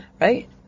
Right